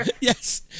Yes